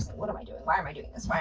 what am i doing? why am i doing this? why